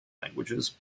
languages